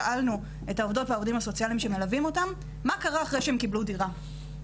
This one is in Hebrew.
שאלנו את העובדות הסוציאליים שמלווים אותם מה קרה אחרי שהן קיבלו דירה?